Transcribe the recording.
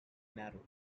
narrow